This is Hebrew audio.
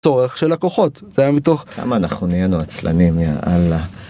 צורך של הכוחות זה היה מתוך כמה אנחנו נהיינו עצלנים יא אללה.